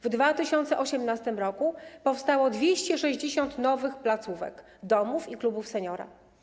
W 2018 r. powstało 260 nowych placówek: domów i klubów seniora.